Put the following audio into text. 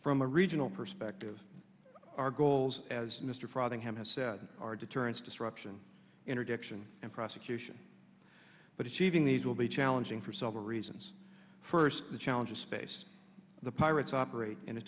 from a regional perspective our goals as mr frothingham has said are deterrence disruption interdiction and prosecution but achieving these will be challenging for several reasons first the challenge of space the pirates operate in a